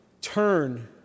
turn